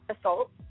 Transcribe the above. assault